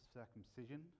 circumcision